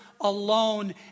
alone